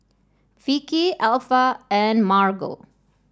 Vicky Alpha and Margo